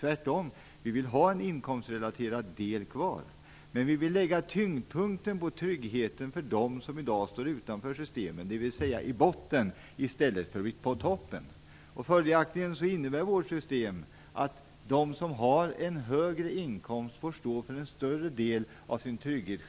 Vi vill tvärtom ha en inkomstrelaterad del kvar. Men vi vill lägga tyngdpunkten på tryggheten för dem som i dag står utanför systemen, dvs. i botten i stället för på toppen. Vårt system innebär följaktligen att de som har en högre inkomst själva får stå för en större del av sin trygghet.